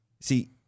See